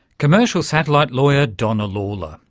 commercial satellite lawyer donna lawler,